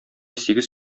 сигез